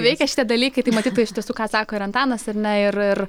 veikia šitie dalykai tai matyt iš tiesų ką sako ir antanas ar ne ir ir